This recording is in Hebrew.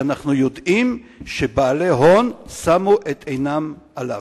שאנחנו יודעים שבעלי הון שמו את עינם עליו?